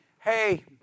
hey